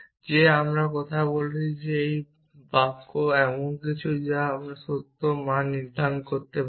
যে আমরা কথা বলছি তাই একটি বাক্য এমন কিছু যা আমরা একটি সত্য মান নির্ধারণ করতে পারি